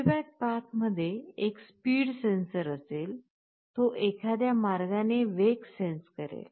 feedback path मध्ये एक speed sensor असेल तो एखाद्या मार्गाने वेग सेन्स करेल